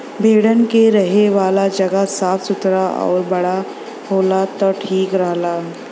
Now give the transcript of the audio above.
भेड़न के रहे वाला जगह साफ़ सुथरा आउर बड़ा होला त ठीक रहला